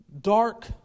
dark